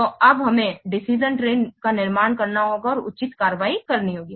तो अब हमें डिसिशन ट्री का निर्माण करना होगा और उचित कार्रवाई करनी होगी